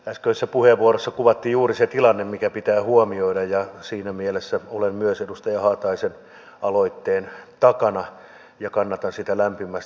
äsköisessä puheenvuorossa kuvattiin juuri se tilanne mikä pitää huomioida ja siinä mielessä olen myös edustaja haataisen aloitteen takana ja kannatan sitä lämpimästi